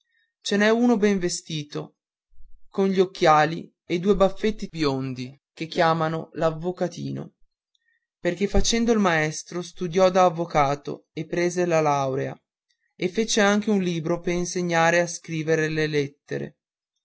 ce n'è uno ben vestito con gli occhiali e due baffetti biondi che chiamavano l'avvocatino perché facendo il maestro studiò da avvocato e prese la laurea e fece anche un libro per insegnare a scriver le lettere